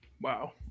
Wow